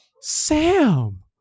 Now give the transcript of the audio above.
Sam